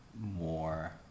more